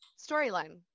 storyline